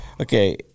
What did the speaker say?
Okay